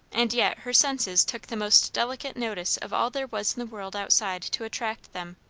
and yet her senses took the most delicate notice of all there was in the world outside to attract them.